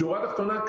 בשורה התחתונה,